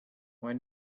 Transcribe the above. why